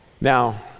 Now